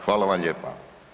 Hvala vam lijepa.